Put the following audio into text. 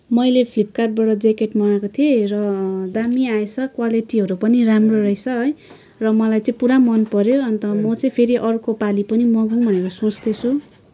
मैले फ्लिपकार्टबाट ज्याकेट मँगाएको थिएँ र दामी आएछ क्वलिटीहरू पनि राम्रो रहेछ है र मलाई चाहिँ पुरा मन पऱ्यो अन्त म चाहिँ फेरि अर्को पालि पनि मगाउँ भनेर सोच्दैछु